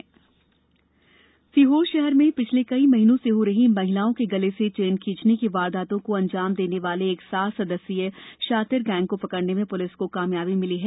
चोर गिरोह सीहोर शहर में पिछले कई महीनों से हो रही महिलाओं के गले से चेन खींचने की वारदातों को अंजाम देने वाले एक सात सदस्यीय के शातिर गैंग को पकड़ने में पुलिस को कामयाबी मिली है